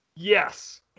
Yes